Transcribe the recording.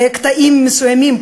קטעים מסוימים,